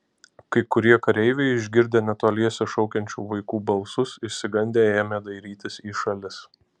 kai kurie kareiviai išgirdę netoliese šaukiančių vaikų balsus išsigandę ėmė dairytis į šalis